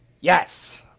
Yes